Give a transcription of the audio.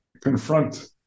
confront